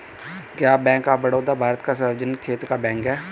क्या bank of Baroda Bharat का सार्वजनिक क्षेत्र का बैंक है?